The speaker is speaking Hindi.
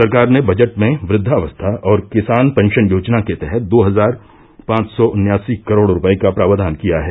सरकार ने बजट में वृद्धावस्था और किसान पेंषन योजना के तहत दो हजार पांच सौ उन्यासी करोड़ रूपये का प्रावधान किया है